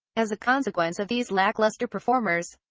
as a consequence of these lacklustre performers,